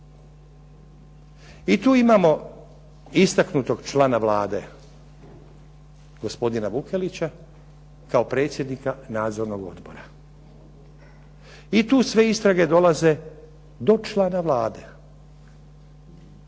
I tu imamo istaknutog člana Vlade gospodina Vukelića kao predsjednika Nadzornog odbora. I tu sve istrage dolaze do člana Vlade.